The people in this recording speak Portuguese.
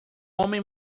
homem